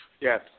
Yes